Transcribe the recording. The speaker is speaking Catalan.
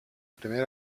primera